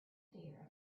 fear